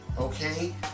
okay